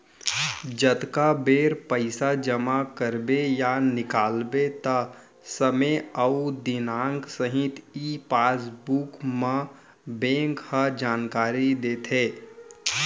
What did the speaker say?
जतका बेर पइसा जमा करबे या निकालबे त समे अउ दिनांक सहित ई पासबुक म बेंक ह जानकारी देथे